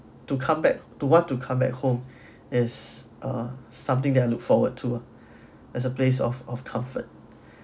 to come back to want to come back home is uh something that I look forward to ah as a place of of comfort